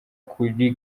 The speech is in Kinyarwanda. kuri